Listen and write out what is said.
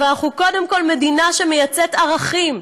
אבל אנחנו קודם כול מדינה שמייצאת ערכים,